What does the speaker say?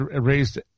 raised